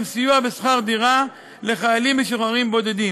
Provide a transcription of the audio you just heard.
סיוע בשכר דירה לחיילים משוחררים בודדים.